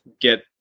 get